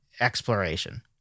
exploration